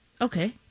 Okay